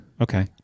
Okay